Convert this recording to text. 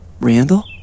Randall